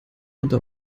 unter